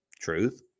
Truth